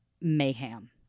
mayhem